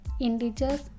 integers